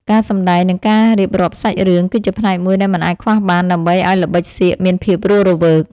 ការសម្តែង និង ការរៀបរាប់សាច់រឿងគឺជាផ្នែកមួយដែលមិនអាចខ្វះបានដើម្បីឱ្យល្បិចសៀកមានភាពរស់រវើក។